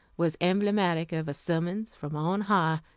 was emblematic of a summons from on high.